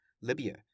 Libya